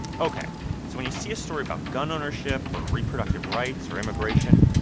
ok. so when you see a story about gun ownership or reproductive rights or immigration,